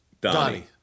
Donnie